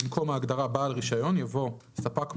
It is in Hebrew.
במקום ההגדרה "בעל רישיון" יבוא: ""ספק מורשה"